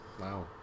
Wow